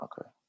okay